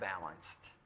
balanced